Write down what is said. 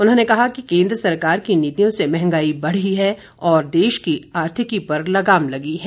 उन्होंने कहा कि केन्द्र सरकार की नीतियों से मंहगाई बढ़ने के देश की आर्थिकी पर लगाम लगी है